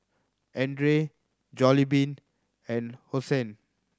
Andre Jollibean and Hosen